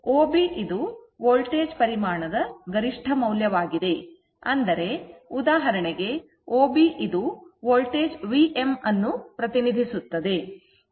OB ಇದು voltage ಪರಿಮಾಣದ ಗರಿಷ್ಠ ಮೌಲ್ಯವಾಗಿದೆ ಅಂದರೆ ಉದಾಹರಣೆಗೆ OB ಇದು ವೋಲ್ಟೇಜ್ Vm ಅನ್ನು ಪ್ರತಿನಿಧಿಸುತ್ತದೆ